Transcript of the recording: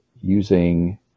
using